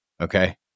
Okay